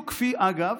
אגב,